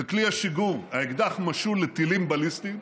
וכלי השיגור, האקדח, משול לטילים בליסטיים,